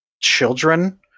Children